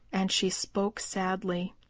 and she spoke sadly.